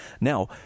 Now